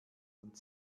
und